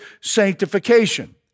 sanctification